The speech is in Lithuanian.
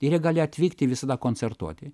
ir jie gali atvykti visada koncertuoti